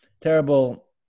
terrible